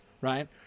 right